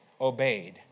obeyed